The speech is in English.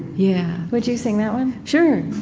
yeah would you sing that one? sure.